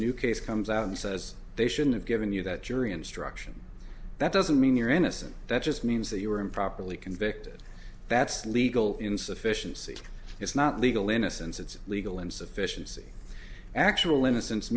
new case comes out and says they shouldn't have given you that jury instruction that doesn't mean you're innocent that just means that you were improperly convicted that's legal insufficiency it's not legal innocence it's legal insufficiency actual innocence